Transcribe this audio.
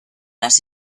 las